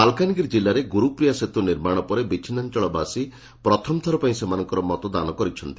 ମାଲକାନଗିରି ଜିଲ୍ଲାରେ ଗୁରୁପ୍ରିୟା ସେତୁ ନିର୍ମାଣ ପରେ ବିଛିନ୍ନାଞ୍ଚଳବାସୀ ପ୍ରଥମଥର ପାଇଁ ସେମାନଙ୍କର ମତଦାନ କରିଛନ୍ତି